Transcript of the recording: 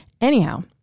Anyhow